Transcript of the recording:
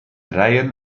rijen